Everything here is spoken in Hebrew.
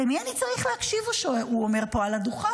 למי אני צריך להקשיב, הוא אומר פה על הדוכן.